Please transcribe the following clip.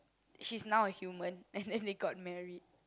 she's now a human and then they got married